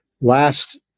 last